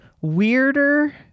weirder